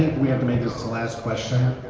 we have to make this the last question.